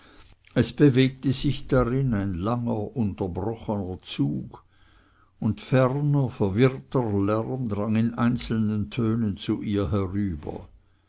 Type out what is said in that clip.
es bewegte sich darin ein langer unterbrochener zug und ferner verwirrter lärm drang in einzelnen tönen zu ihr herüber